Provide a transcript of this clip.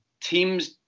teams